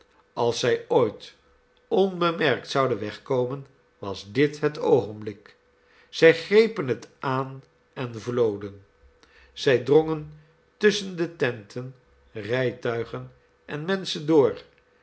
als zij ooit onbemerkt zouden wegkomen was dit het oogenblik zij grepen het aan en vloden zij drongen tusschen de tenten rijtuigen en menschen door